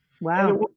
Wow